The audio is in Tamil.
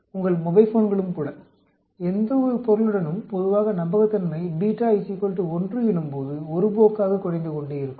உங்கள் மொபைல் ஃபோன்களுடனும் கூட எந்தவொரு பொருளுடனும் பொதுவாக நம்பகத்தன்மை 1 எனும்போது ஒருபோக்காகக் குறைந்து கொண்டே இருக்கும்